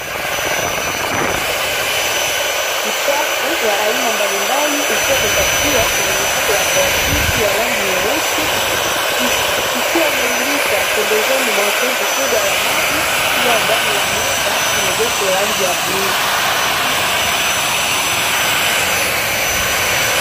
Uchafu wa aina mbalimbali, ukiwa umepakiwa kwenye mifuko ya plastiki yenye rangi nyeusi, ukiwa umerundikwa pembezoni mwa tenki kubwa la maji, pia ndani ya nyumba yenye geti la rangi ya bluu.